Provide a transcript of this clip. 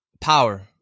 power